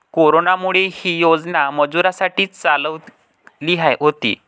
कोरोनामुळे, ही योजना मजुरांसाठी चालवली होती